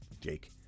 jake